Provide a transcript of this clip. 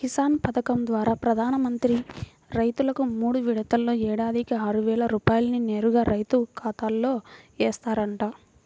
కిసాన్ పథకం ద్వారా ప్రధాన మంత్రి రైతుకు మూడు విడతల్లో ఏడాదికి ఆరువేల రూపాయల్ని నేరుగా రైతు ఖాతాలో ఏస్తారంట